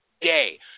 day